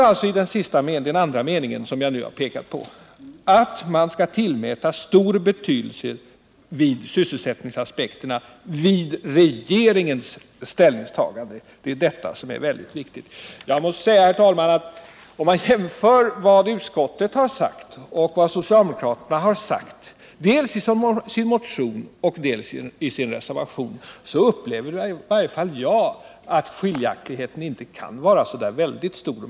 I den andra meningen, som jag nu har pekat på, står att sysselsättningsaspekterna skall tillmätas stor betydelse vid regeringens ställningstaganden — och det är detta som är väldigt viktigt. Om man jämför vad utskottet har sagt och vad socialdemokraterna har sagt dels i sin motion, dels i sin reservation, så upplever i varje fall jag det så att skillnaden mellan oss inte kan vara så väldigt stor.